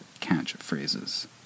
catchphrases